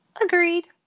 Agreed